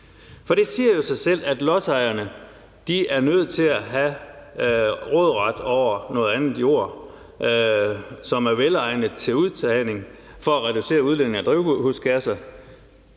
Det siger jo sig selv, at lodsejerne er nødt til at have råderet over noget andet jord, som er velegnet til udtagning, for at reducere udledningerne af drivhusgasser,